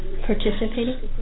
participating